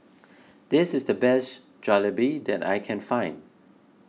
this is the best Jalebi that I can find